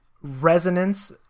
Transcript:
resonance